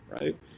right